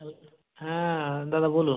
hello হ্যাঁ দাদা বলুন